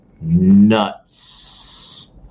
nuts